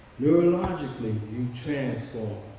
neurologically you transform.